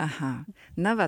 aha na va